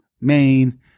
Maine